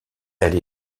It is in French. elle